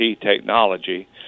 technology